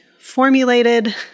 formulated